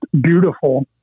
beautiful